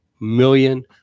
million